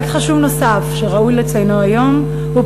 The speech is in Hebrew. פרויקט חשוב נוסף שראוי לציינו היום הוא